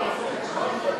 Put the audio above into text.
2015,